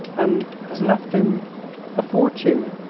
and has left him a fortune.